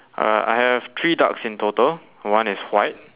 uh I have three ducks in total one is white